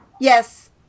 yes